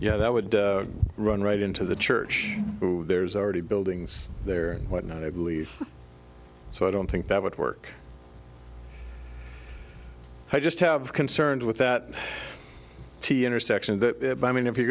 know that would run right into the church there's already buildings there and whatnot i believe so i don't think that would work i just have concerns with that t intersection that i mean if you're